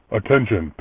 Attention